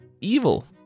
evil